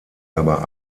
aber